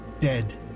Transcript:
dead